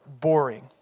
boring